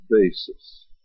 basis